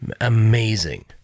amazing